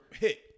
hit